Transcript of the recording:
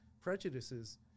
prejudices